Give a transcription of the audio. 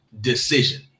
decision